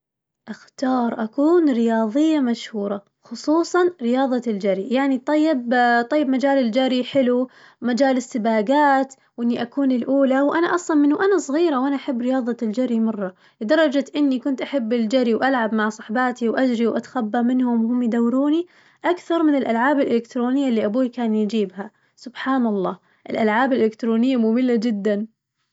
أختار أكون رياظية مشهورة خصوصاً رياضة الجري، يعني طيب طيب مجال الجري حلو مجال السباقات وإني أكون الأولى وأنا أصلاً ومن وأنا صغيرة وأنا أحب رياضة الجري مرة، لدرجة إني كنت أحب الجري وألعب مع صحباتي وأجري وأتخبى منهم وهم يدوروني أكثر من الألعاب الإلكترونية اللي أبوي كان يجيبها، سبحان الله الألعاب الإلكترونية مملة جداً.